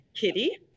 Kitty